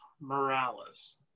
Morales